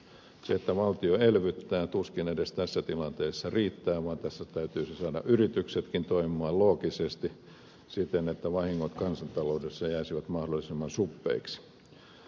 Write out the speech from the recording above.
se että valtio elvyttää tuskin edes tässä tilanteessa riittää vaan tässä täytyisi saada yrityksetkin toimimaan loogisesti siten että vahingot kansantaloudessa jäisivät mahdollisimman suppeiksi